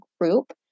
group